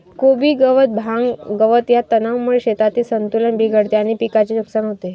कोबी गवत, भांग, गवत या तणांमुळे शेतातील संतुलन बिघडते आणि पिकाचे नुकसान होते